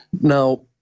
Now